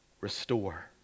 restore